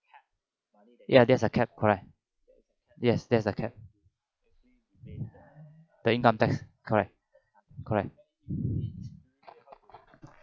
ya there's a cap correct yes there's a cap the income tax correct correct